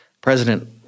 President